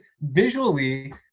visually